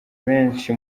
benshi